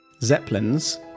zeppelins